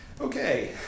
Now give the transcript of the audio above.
Okay